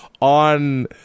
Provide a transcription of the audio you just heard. on